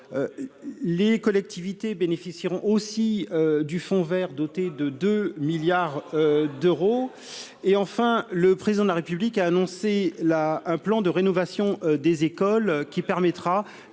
les collectivités bénéficieront aussi du fonds Vert, doté de 2 milliards d'euros, et enfin le président de la République a annoncé là un plan de rénovation des écoles qui permettra